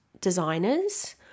designers